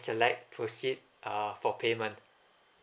select proceed uh for payment